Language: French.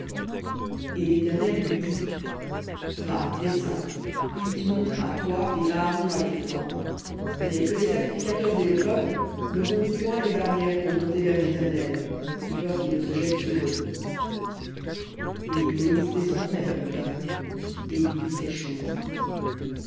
et l'éternel lui dit va descends puis tu monteras toi et aaron avec toi mais que les sacrificateurs et le peuple ne rompent point les barrières pour monter vers l'éternel de peur qu'il ne se jette sur eux et moïse descendit vers le peuple et lui dit